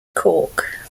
cork